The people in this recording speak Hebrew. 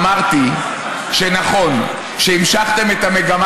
אמרתי שנכון שהמשכתם את המגמה,